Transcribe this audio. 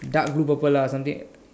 dark blue purple lah something